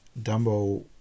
Dumbo